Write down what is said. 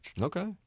Okay